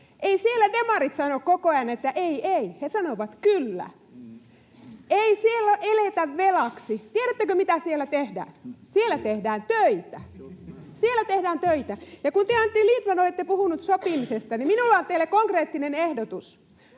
Eivät siellä demarit sano koko ajan, että ”ei, ei”. He sanovat ”kyllä”. Ei siellä eletä velaksi. Tiedättekö, mitä siellä tehdään? Siellä tehdään töitä — siellä tehdään töitä. Ja kun te, Antti Lindtman, olette puhunut sopimisesta, niin minulla on teille konkreettinen ehdotus.